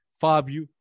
Fabio